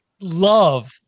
Love